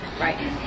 Right